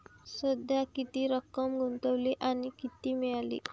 सध्या किती रक्कम गुंतवली आणि किती मिळाली